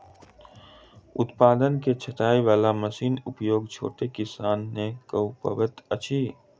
उत्पाद के छाँटय बाला मशीनक उपयोग छोट किसान नै कअ पबैत अछि